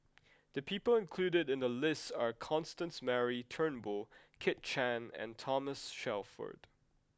the people included in the list are Constance Mary Turnbull Kit Chan and Thomas Shelford